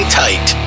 tight